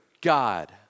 God